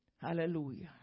Hallelujah